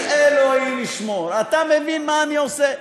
אלוהים ישמור, אתה מבין מה אני עושה?